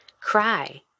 Cry